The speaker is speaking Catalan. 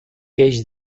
eix